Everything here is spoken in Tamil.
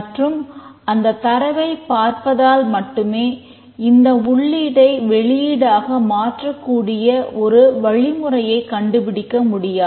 மற்றும் அந்தத் தரவைப் பார்ப்பதனால் மட்டுமே இந்த உள்ளீட்டை வெளியீடாக மாற்றக்கூடிய ஒரு வழிமுறை கண்டுபிடிக்க முடியாது